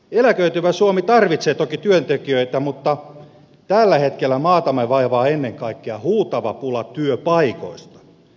eläköityvä suomi tarvitsee toki työntekijöitä mutta tällä hetkellä maatamme vaivaa ennen kaikkea huutava pula työpaikoista